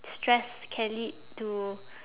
stress can lead to